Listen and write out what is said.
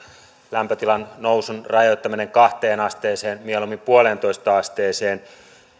lämpötilan nousun rajoittaminen kahteen asteeseen mieluummin yhteen pilkku viiteen asteeseen